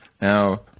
Now